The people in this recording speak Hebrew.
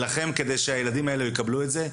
אני אלחם כדי שהילדים האלה יקבלו את זה.